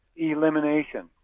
elimination